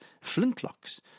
flintlocks